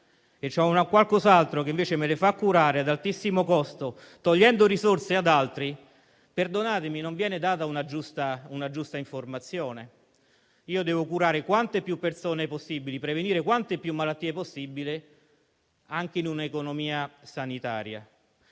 e ne ho un'altra che, invece, mi consente di curarle ad altissimo costo, togliendo risorse ad altri. Perdonatemi, ma non viene data una giusta informazione: io devo curare quante più persone possibile e prevenire quante più malattie possibile anche in un'economia sanitaria.